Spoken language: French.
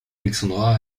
alexandra